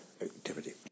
activity